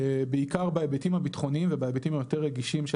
בעיקר בהיבטים הביטחוניים ובהיבטים היותר רגישים של